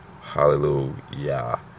Hallelujah